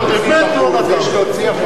אין להוציא בחוץ, יש להוציא החוצה.